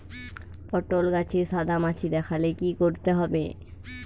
পটলে গাছে সাদা মাছি দেখালে কি করতে হবে?